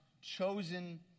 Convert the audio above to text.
chosen